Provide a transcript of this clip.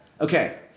Okay